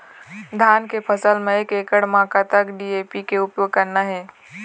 धान के फसल म एक एकड़ म कतक डी.ए.पी के उपयोग करना हे?